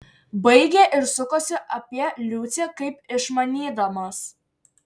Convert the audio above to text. baigė ir sukosi apie liucę kaip išmanydamas